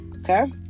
Okay